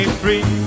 free